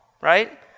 right